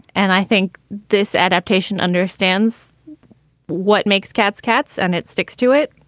and i think this adaptation understands what makes cats cats and it sticks to it.